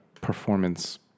performance